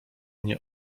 nie